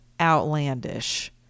outlandish